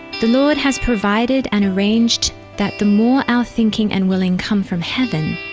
the lord has provided and arranged that the more our thinking and willing come from heaven,